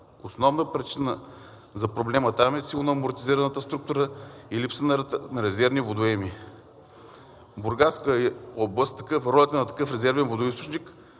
Основна причина за проблема там е силно амортизираната инфраструктура и липсата на резервни водоеми. В Бургаска област ролята на такъв резервен водоизточник